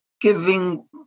giving